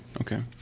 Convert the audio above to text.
Okay